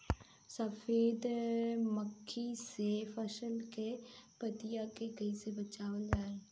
सफेद मक्खी से फसल के पतिया के कइसे बचावल जाला?